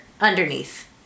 underneath